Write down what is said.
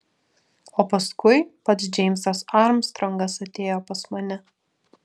o paskui pats džeimsas armstrongas atėjo pas mane